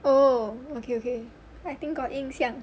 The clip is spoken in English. oh okay okay I think got 印象